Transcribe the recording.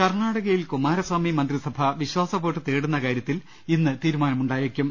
കർണ്ണാടകയിൽ കുമാരസ്വാമി മന്ത്രിസഭ വിശ്വാസവോട്ട് തേടുന്ന കാര്യ ത്തിൽ ഇന്ന് തീരുമാനമുണ്ടായേക്കും